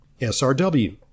srw